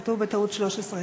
כתוב בטעות 2013,